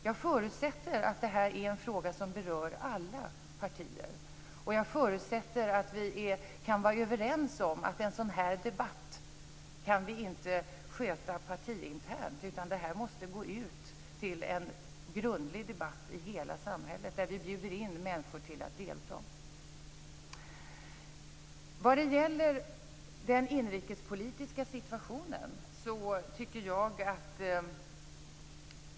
Jag förutsätter att detta är en fråga som berör alla partier och att vi kan vara överens om att vi inte kan sköta en sådan debatt partiinternt. Frågan måste gå ut för en grundlig debatt i hela samhället, där vi bjuder in människor att delta.